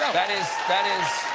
ah that is that is.